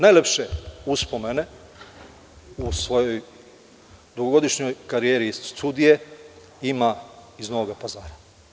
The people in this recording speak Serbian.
Najlepše uspomene u svojoj dugogodišnjoj karijeri sudije ima iz Novog Pazara.